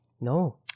no